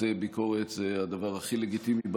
ביקורת הם הדבר הכי לגיטימי בעולם,